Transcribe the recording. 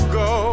go